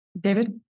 David